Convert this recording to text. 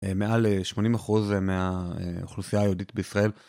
מעל ל-80% מהאוכלוסייה היהודית בישראל.